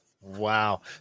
wow